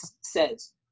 says